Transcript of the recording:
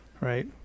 Right